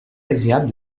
agréable